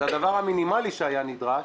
זה הדבר המינימלי שהיה נדרש.